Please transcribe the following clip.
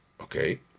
Okay